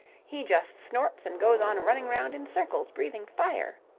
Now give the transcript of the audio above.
he just snorts and goes on running round in circles, breathing fire.